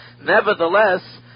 nevertheless